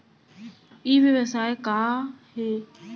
ई व्यवसाय का हे?